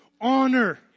honor